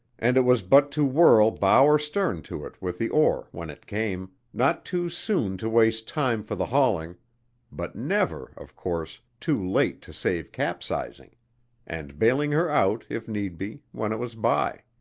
and it was but to whirl bow or stern to it with the oar when it came, not too soon to waste time for the hauling but never, of course, too late to save capsizing and bailing her out, if need be, when it was by.